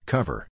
Cover